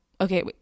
Okay